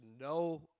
no